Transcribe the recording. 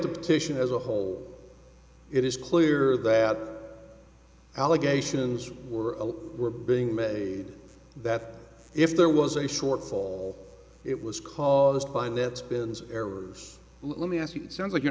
the petition as a whole it is clear that allegations were were being made that if there was a shortfall it was caused by that spins errors let me ask you that sounds like you're